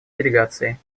делегации